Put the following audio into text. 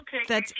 okay